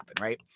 right